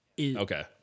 okay